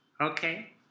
Okay